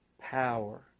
power